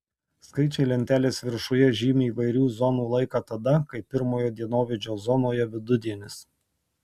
skaičiai lentelės viršuje žymi įvairių zonų laiką tada kai pirmojo dienovidžio zonoje vidudienis